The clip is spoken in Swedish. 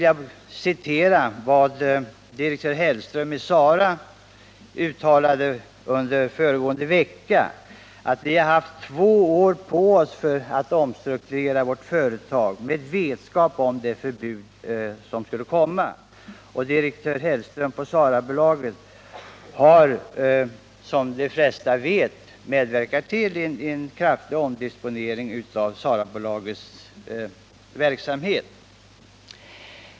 Jag vill på den punkten hänvisa till ett uttalande föregående vecka av direktör Hellström, SARA, där han säger: Vi har haft två år på oss för att omstrukturera vårt företag med vetskap om det förbud som skulle komma. Direktör Hellström på SARA bolaget har också som bekant medverkat till en kraftig omdisponering av bolagets verksamhet.